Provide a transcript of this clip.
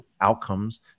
outcomes